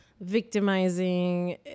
victimizing